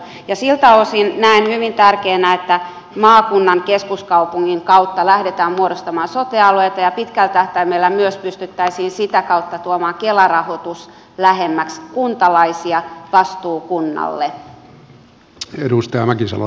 siltä osin näen hyvin tärkeänä että maakunnan keskuskaupungin kautta lähdetään muodostamaan sote alueita ja pitkällä tähtäimellä myös pystyttäisiin sitä kautta tuomaan kela rahoitus lähemmäksi kuntalaisia vastuukunnalle